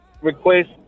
request